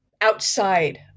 outside